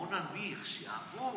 בוא ננמיך, שיעברו,